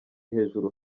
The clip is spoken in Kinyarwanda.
hejuru